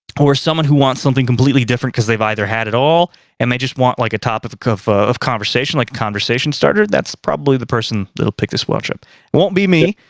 or someone who wants something completely different because they've either had it all and they just want like a topic of ah of conversation, like a conversation starter. that's probably the person that'll pick this watch up. it won't be me.